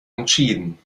entschieden